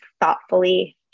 thoughtfully